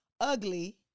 Ugly